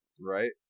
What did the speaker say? Right